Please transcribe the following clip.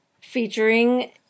featuring